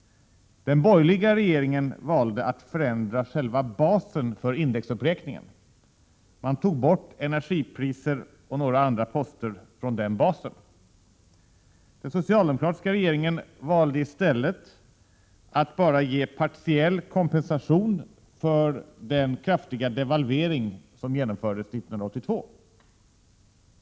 Den borgerliga regeringen valde att förändra själva basen för indexuppräkningen och tog bort energipriser och några andra poster från den basen. Den socialdemokratiska regeringen valde i stället att bara ge partiell kompensation för den kraftiga devalvering som genomfördes 1982.